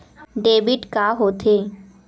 Debit का होथे?